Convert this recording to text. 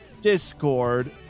Discord